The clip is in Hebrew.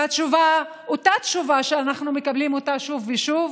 ואת אותה תשובה אנחנו מקבלים שוב ושוב,